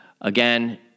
Again